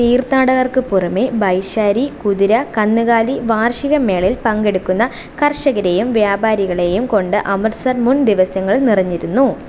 തീർത്ഥാടകർക്ക് പുറമെ ബൈശാരി കുതിര കന്നുകാലി വാർഷിക മേളയിൽ പങ്കെടുക്കുന്ന കർഷകരെയും വ്യാപാരികളെയും കൊണ്ട് അമൃത്സർ മുൻ ദിവസങ്ങളിൽ നിറഞ്ഞിരുന്നു